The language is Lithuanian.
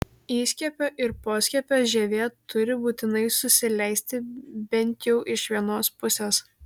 įskiepio ir poskiepio žievė turi būtinai susileisti bent jau iš vienos pusės